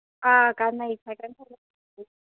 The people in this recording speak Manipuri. ꯑꯥ ꯀꯥꯟꯅꯩ ꯁꯥꯏꯀꯟ ꯊꯧꯕ